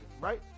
right